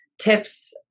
tips